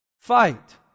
Fight